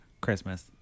Christmas